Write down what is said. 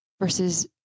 versus